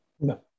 No